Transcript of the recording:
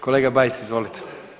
Kolega Bajs izvolite.